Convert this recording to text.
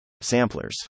Samplers